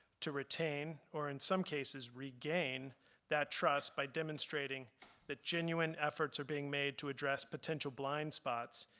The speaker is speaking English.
to retain or in some cases regain that trust by demonstrating that genuine efforts are being made to address potential blind spots,